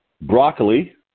broccoli